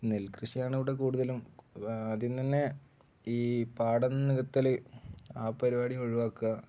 നെൽകൃഷിയാണവിടെ കൂടുതലും അതിന്നു തന്നെ ഈ പാടം നികത്തല് ആ പരിപാടി ഒഴിവാക്കുക